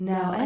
Now